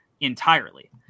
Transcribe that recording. entirely